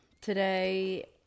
today